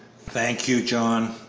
thank you, john,